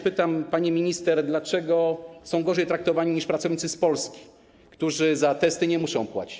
Pytam, pani minister: Dlaczego są gorzej traktowani niż pracownicy z Polski, którzy za testy nie muszą płacić?